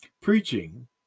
preaching